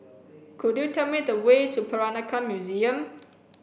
could you tell me the way to Peranakan Museum